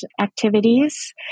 activities